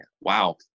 wow